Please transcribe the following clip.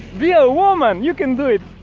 e a woman you can do it!